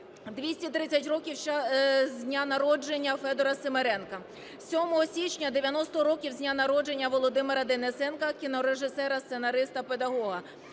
230 років з дня народження Федора Симиренка; 7 січня – 90 років з дня народження Володимира Денисенка (кінорежисера, сценариста, педагога);